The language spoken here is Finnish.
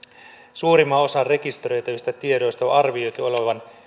suurimman osan rekisteröitävistä tiedoista on arvioitu olevan